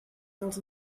dels